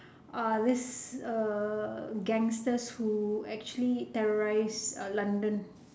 uh this err gangsters who actually terrorize uh london